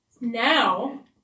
now